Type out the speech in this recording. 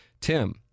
Tim